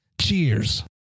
Cheers